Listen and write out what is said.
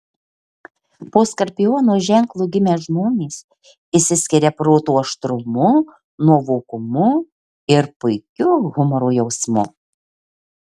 po skorpiono ženklu gimę žmonės išsiskiria proto aštrumu nuovokumu ir puikiu humoro jausmu